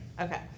Okay